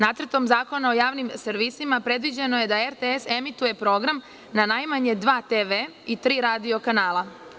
Nacrtom zakona o javnim servisima predviđeno je da RTS emituje program na najmanje dva TV i tri radio kanala.